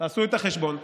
תעשו את החשבון.